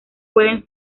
pueden